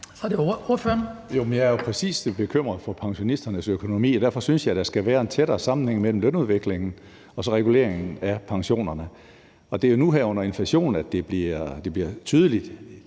Karsten Hønge (SF): Jeg er jo præcis bekymret for pensionisternes økonomi, og derfor synes jeg, at der skal være en tættere sammenhæng mellem lønudviklingen og reguleringen af pensionerne. Og det er jo nu her under inflationen, at det bliver tydeligt.